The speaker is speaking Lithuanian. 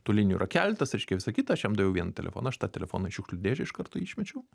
tų linijų yra keletas reiškia visa kita aš jam daviau vieną telefoną aš tą telefoną į šiukšlių dėžę iš karto išmečiau